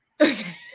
Okay